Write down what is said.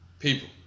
People